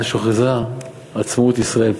מאז שהוכרזה עצמאות ישראל,